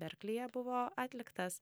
berklyje buvo atliktas